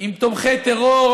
עם תומכי טרור,